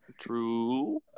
True